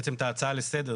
בעצם את ההצעה לסדר,